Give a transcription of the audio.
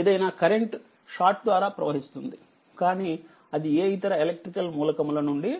ఏదైనాకరెంట్ short ద్వారా ప్రవహిస్తుంది కానీ అది ఏ ఇతర ఎలక్ట్రికల్ మూలకముల నుండి వెళ్ళదు